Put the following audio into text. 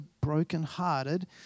brokenhearted